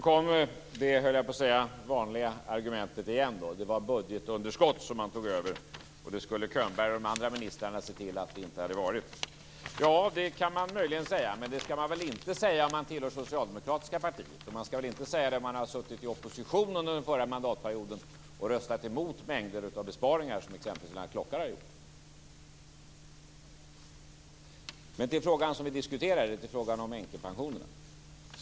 Fru talman! Så kom det vanliga argumentet igen. Man tog över ett budgetunderskott, och Könberg och de andra ministrarna skulle ha sett till att det inte blev något underskott. Det kan man möjligen säga. Men man skall inte säga det om man hör till det socialdemokratiska partiet och när man har suttit i opposition under den förra mandatperioden och röstat emot mängder av besparingar, som t.ex. Lennart Klockare gjorde. Till frågan som vi diskuterar, dvs. änkepensionerna.